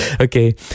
okay